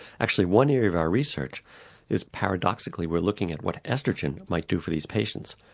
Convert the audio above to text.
actually one area of our research is paradoxically we're looking at what oestrogen might do for these patients,